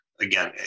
again